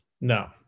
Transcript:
No